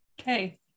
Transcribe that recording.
Okay